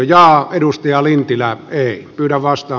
kannatan edustaja lintilä ei kyllä vastaa